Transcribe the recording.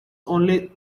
only